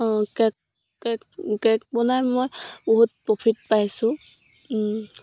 cake cake cake বনাই মই বহুত প্ৰফিট পাইছোঁ